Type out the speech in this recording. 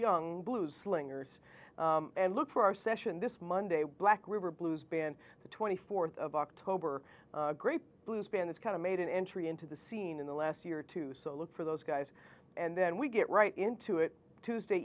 young blues slingers and look for our session this monday black river blues band the twenty fourth of october a great blues band is kind of made an entry into the scene in the last year or two so look for those guys and then we get right into it tuesday